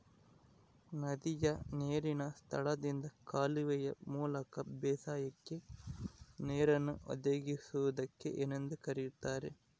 ನದಿಯ ನೇರಿನ ಸ್ಥಳದಿಂದ ಕಾಲುವೆಯ ಮೂಲಕ ಬೇಸಾಯಕ್ಕೆ ನೇರನ್ನು ಒದಗಿಸುವುದಕ್ಕೆ ಏನೆಂದು ಕರೆಯುತ್ತಾರೆ?